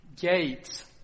Gates